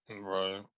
Right